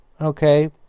Okay